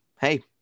hey